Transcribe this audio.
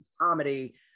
comedy